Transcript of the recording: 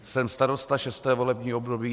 Jsem starosta šesté volební období.